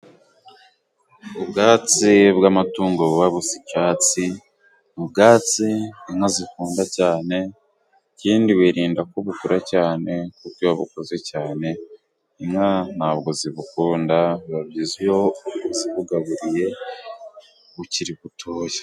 Ubwatsi bw'amatungo buba busa icyatsi, ubwatsi inka zikunda cyane ikindi wirinda kubukura cyane kuko iyo bukoze cyane inka ntabwo zigukunda, biba byiza iyo uzibugaburiye bukiri butoya.